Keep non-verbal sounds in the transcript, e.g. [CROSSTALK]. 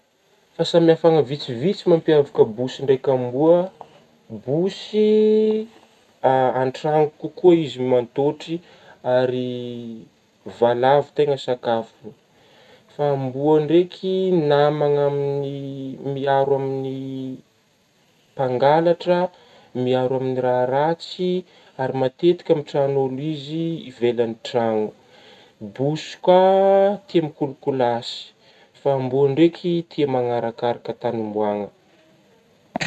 Fahasamihafana vitsivitsy mampiavaka bosy ndraika amboa, bosy [HESITATION] a-an-trano kokoa izy mantôtry ary valavo tegna sakafogny fa amboa ndraiky namagna amin'gny [HESITATION] miaro amin'gny [HESITATION] mpangalatra, miaro amin'ny raha ratsy ary matetika amin-tragn'olo izy ivelagny trano, bosy koa tia mikolokolasy fa amboa ndraiky tia manarakaraka tagny ombagna.